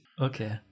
Okay